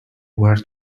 where